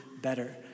better